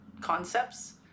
concepts